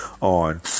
on